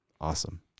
awesome